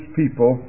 people